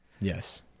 yes